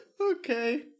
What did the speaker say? Okay